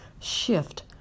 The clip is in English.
Shift